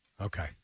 Okay